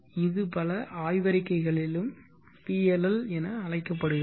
இது பல ஆய்வறிக்கைகளிலும் PLL என அழைக்கப்படுகிறது